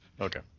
Okay